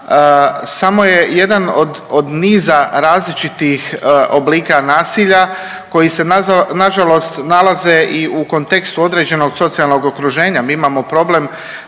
samo je jedan od, od niza različitih oblika nasilja koji se nažalost nalaze i u kontekstu određenog socijalnog okruženja. Mi imamo problem